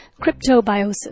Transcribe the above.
cryptobiosis